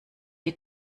die